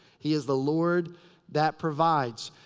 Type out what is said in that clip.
he is the lord that provides.